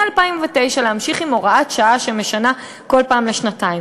מ-2009 להמשיך עם הוראת שעה שמשנה כל פעם לשנתיים,